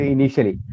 Initially